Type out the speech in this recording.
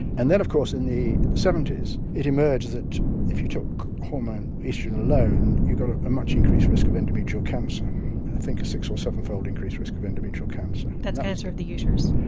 and then of course in the seventy s it emerges that if you took hormone issued alone you got a much increase risk of endometrial cancer. i think a six or sevenfold increased risk of endometrial cancer. that's cancer of the uterus?